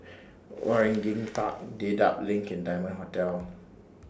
Waringin Park Dedap LINK Diamond Hotel